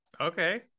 Okay